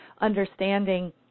understanding